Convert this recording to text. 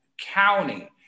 county